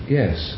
yes